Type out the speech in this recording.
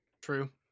true